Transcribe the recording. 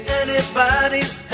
anybody's